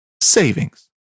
savings